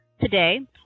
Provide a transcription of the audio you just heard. Today